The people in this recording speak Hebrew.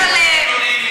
תקל עליהם.